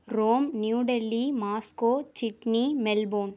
Rome New Delhi Moscow Sydney Melbourne